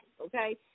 okay